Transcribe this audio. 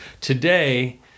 today